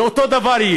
זה יהיה אותו דבר.